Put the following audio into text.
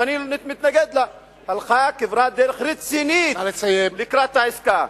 שאני מתנגד לה, הלכה כברת דרך רצינית לקראת העסקה.